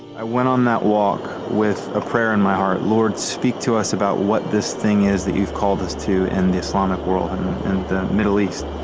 i went on that walk with a prayer in my heart lord, speak to us about what this thing is that you've called us to in the islamic world, and the middle east.